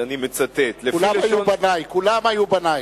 כולם היו בני.